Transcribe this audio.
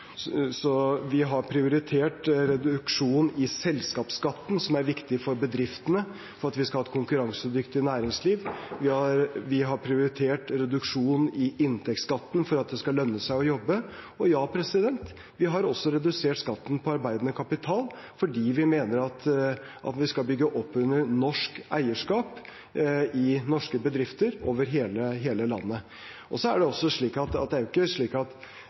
Vi har prioritert reduksjon i selskapsskatten, som er viktig for bedriftene, for at vi skal ha et konkurransedyktig næringsliv. Vi har prioritert reduksjon i inntektsskatten, slik at det skal lønne seg å jobbe. Og ja, vi har også redusert skatten på arbeidende kapital, fordi vi mener at vi skal bygge opp under norsk eierskap i norske bedrifter over hele landet. Så er det ikke slik at det bare er skatt som er viktig for næringslivet, det er